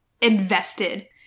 invested